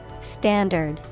Standard